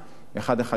118,